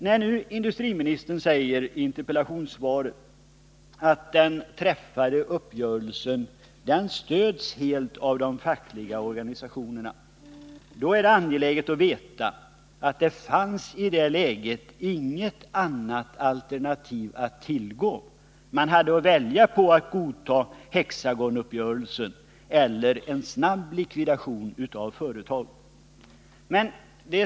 När nu industriministern i interpellationssvaret säger att den träffade uppgörelsen helt stöds av de fackliga organisationerna, är det angeläget att veta att det i det läget inte fanns något annat alternativ att tillgå, utan att man bara hade att välja mellan ett godtagande av Hexagonuppgörelsen och en snabb likvidation av företaget.